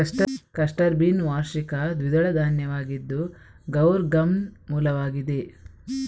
cluster bean ವಾರ್ಷಿಕ ದ್ವಿದಳ ಧಾನ್ಯವಾಗಿದ್ದು ಗೌರ್ ಗಮ್ನ ಮೂಲವಾಗಿದೆ